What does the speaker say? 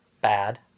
bad